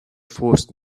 force